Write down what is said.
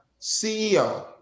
CEO